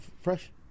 fresh